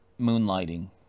Moonlighting